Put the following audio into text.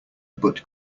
but